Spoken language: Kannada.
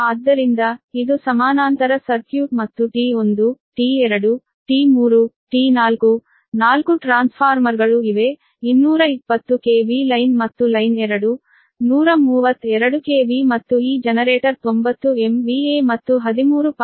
ಆದ್ದರಿಂದ ಇದು ಸಮಾನಾಂತರ ಸರ್ಕ್ಯೂಟ್ ಮತ್ತು T1 T2 T3 T4 4 ಟ್ರಾನ್ಸ್ಫಾರ್ಮರ್ಗಳು ಇವೆ 220 KV ಲೈನ್ ಮತ್ತು ಲೈನ್ 2 132 KV ಮತ್ತು ಈ ಜನರೇಟರ್ 90 MVA ಮತ್ತು 13